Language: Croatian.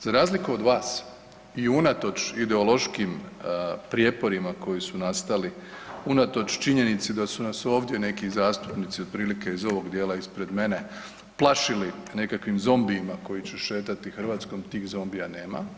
Za razliku od vas i unatoč ideološkim prijeporima koji su nastali, unatoč činjenici da su nas ovdje neki zastupnici otprilike iz ovog dijela ispred mene plašili nekakvim zombijima koji će šetati Hrvatskom, tih zombija nema.